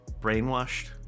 brainwashed